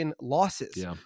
losses